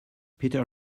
peter